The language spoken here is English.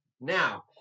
now